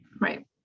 Right